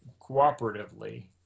cooperatively